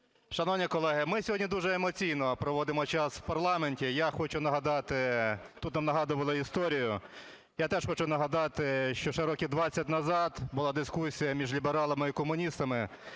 Шановні колеги, ми сьогодні дуже емоційно проводимо час у парламенті. Я хочу нагадати, тут нам нагадували історію, я теж хочу нагадати, що ще років 20 назад була дискусія між лібералами і комуністами